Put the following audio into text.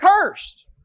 cursed